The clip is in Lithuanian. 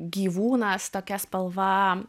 gyvūnas tokia spalva